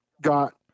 got